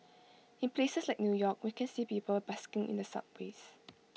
in places like new york we can see people busking in the subways